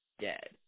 dead